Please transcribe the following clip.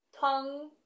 tongue